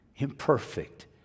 Imperfect